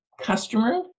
customer